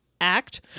act